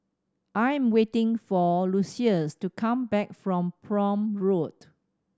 I am waiting for Lucious to come back from Prome Road